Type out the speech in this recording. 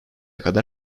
kadar